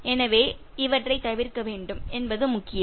எனவே இவற்றைத் தவிர்க்க வேண்டும் என்பது முக்கியம்